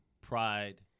pride